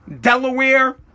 Delaware